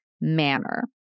manner